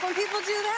people do that.